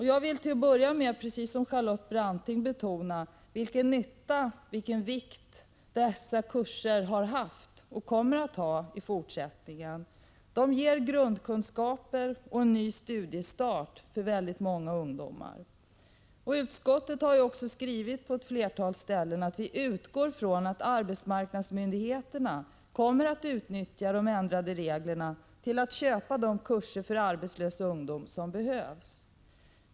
Jag vill till att börja med, precis som Charlotte Branting, betona den vikt och den nytta som dessa kurser har haft och i fortsättningen kommer att ha. De ger grundkunskaper och innebär för många ungdomar en ny studiestart. Utskottet har på ett flertal ställen i betänkandet också framhållit att man utgår från att arbetsmarknadsmyndigheterna kommer att utnyttja de ändrade reglerna till att köpa de kurser för arbetslös ungdom som behövs.